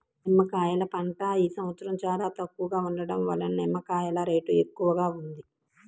నిమ్మకాయల పంట ఈ సంవత్సరం చాలా తక్కువగా ఉండటం వలన నిమ్మకాయల రేటు ఎక్కువగా ఉంది